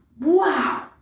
Wow